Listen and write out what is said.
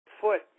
foot